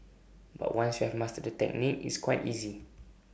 but once you have mastered the technique it's quite easy